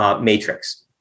matrix